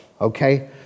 Okay